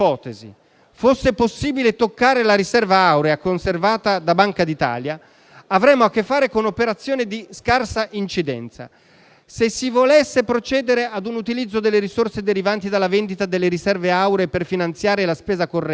fosse possibile toccare la riserva aurea conservata dalla Banca d'Italia, avremmo a che fare con operazioni dalla scarsa incidenza. Se si volesse mai procedere ad un utilizzo delle risorse derivante dalla vendita delle riserve auree per finanziare la spesa corrente,